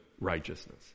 righteousness